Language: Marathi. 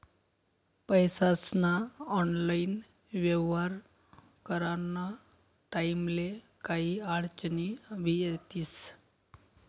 पैसास्ना ऑनलाईन येव्हार कराना टाईमले काही आडचनी भी येतीस